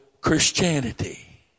Christianity